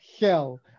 hell